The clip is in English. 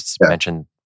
mentioned